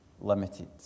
limited